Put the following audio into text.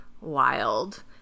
Wild